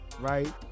Right